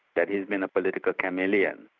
that he's been a political chameleon.